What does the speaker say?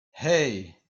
hey